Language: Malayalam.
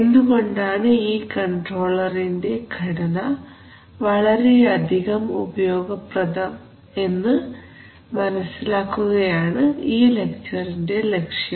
എന്തുകൊണ്ടാണ് ഈ കൺട്രോളറിന്റെ ഘടന വളരെയധികം ഉപയോഗപ്രദം എന്നു മനസ്സിലാക്കുകയാണ് ഈ ലക്ചറിന്റെ ലക്ഷ്യം